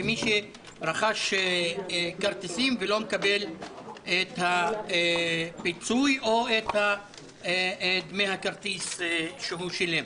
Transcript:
במי שרכש כרטיסים ולא מקבל את הפיצוי או את דמי הכרטיס שהוא שילם.